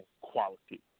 quality